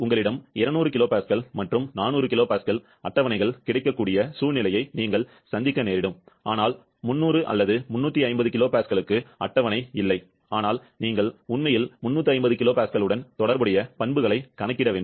உங்களிடம் 200 kPa மற்றும் 400 kPa அட்டவணைகள் கிடைக்கக்கூடிய சூழ்நிலையை நீங்கள் சந்திக்க நேரிடும் ஆனால் 300 அல்லது 350 kPa க்கு அட்டவணை இல்லை ஆனால் நீங்கள் உண்மையில் 350 kPa உடன் தொடர்புடைய பண்புகளை கணக்கிட வேண்டும்